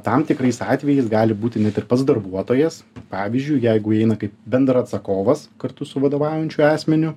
tam tikrais atvejais gali būti net ir pats darbuotojas pavyzdžiui jeigu įeina kaip bendraatsakovas kartu su vadovaujančiu asmeniu